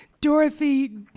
Dorothy